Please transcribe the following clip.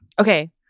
Okay